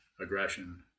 aggression